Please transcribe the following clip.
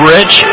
Rich